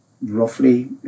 roughly